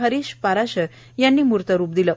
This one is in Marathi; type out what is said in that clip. हरिष पाराशर यांनी मूर्तरूप दिले